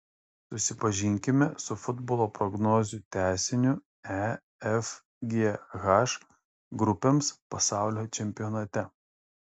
susipažinkime su futbolo prognozių tęsiniu e f g h grupėms pasaulio čempionate